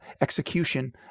execution